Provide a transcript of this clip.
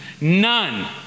None